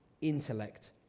intellect